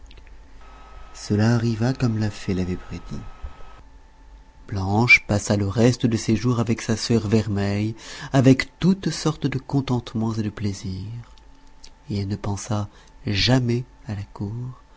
cela arriva comme la fée l'avait prédit blanche passa le reste de ses jours avec sa sœur vermeille avec toutes sortes de contentements et de plaisirs et elle ne pensa jamais à la cour